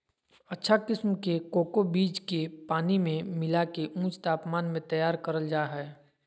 अच्छा किसम के कोको बीज के पानी मे मिला के ऊंच तापमान मे तैयार करल जा हय